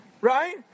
right